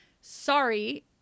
sorry